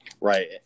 Right